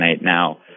now